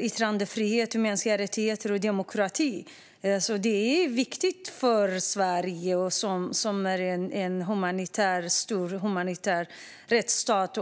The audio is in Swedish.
Yttrandefrihet, mänskliga rättigheter och demokrati är viktigt för Sverige som är en stor humanitär och feministisk rättsstat.